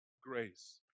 grace